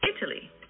Italy